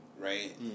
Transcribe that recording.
right